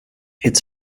its